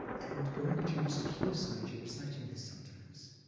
and goenkaji used to hear sayagyi reciting this sometimes.